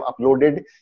uploaded